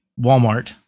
Walmart